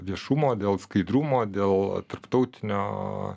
viešumo dėl skaidrumo dėl tarptautinio